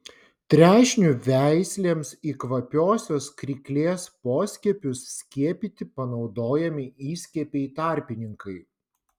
trešnių veislėms į kvapiosios kryklės poskiepius skiepyti panaudojami įskiepiai tarpininkai